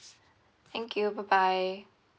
thank you bye bye